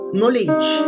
knowledge